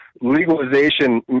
Legalization